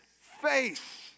face